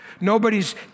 nobody's